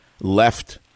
left